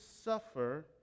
suffer